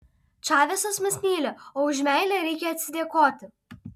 čavesas mus myli o už meilę reikia atsidėkoti